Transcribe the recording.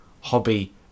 hobby